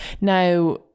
Now